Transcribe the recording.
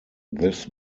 this